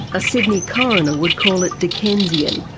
a sydney coroner would call it dickensian,